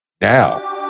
Now